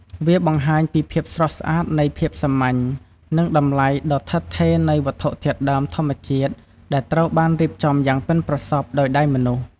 វាបង្ហាញពីភាពស្រស់ស្អាតនៃភាពសាមញ្ញ និងតម្លៃដ៏ឋិតថេរនៃវត្ថុធាតុដើមធម្មជាតិដែលត្រូវបានរៀបចំយ៉ាងប៉ិនប្រសប់ដោយដៃមនុស្ស។